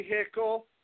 vehicle